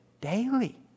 daily